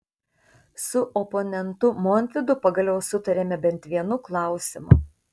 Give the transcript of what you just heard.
su oponentu montvydu pagaliau sutarėme bent vienu klausimu